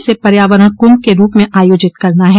इसे पर्यावरण कुंभ के रूप में आयोजित करना है